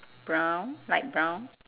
brown light brown